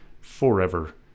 forever